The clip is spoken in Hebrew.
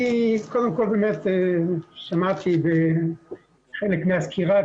אני קודם כל באמת שמעתי חלק מהסקירה,